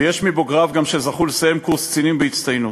ויש מבוגריו שגם זכו לסיים קורס קצינים בהצטיינות.